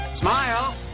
Smile